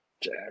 Jack